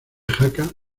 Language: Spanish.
jaca